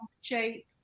shape